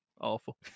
awful